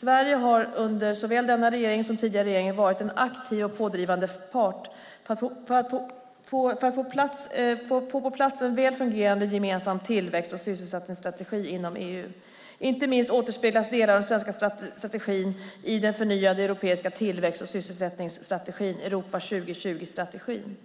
Sverige har under såväl denna regering som tidigare regeringar varit en aktiv och pådrivande part för att få på plats en väl fungerande gemensam tillväxt och sysselsättningsstrategi inom EU. Inte minst återspeglas delar av den svenska strategin i den förnyade europeiska tillväxt och sysselsättningsstrategin, Europa 2020-strategin.